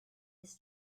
his